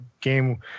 game